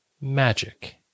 magic